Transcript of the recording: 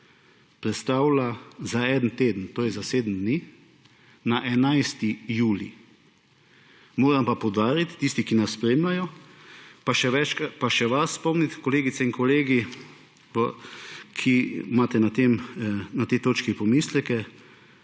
prestavlja za en teden, to je za 7 dni, na 11. julij. Moram pa poudariti, tisti, ki nas spremljajo, pa še vas spomniti, kolegice in kolegi, ki imate na tej točki pomisleke,